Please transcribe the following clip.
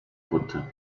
costa